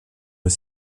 aux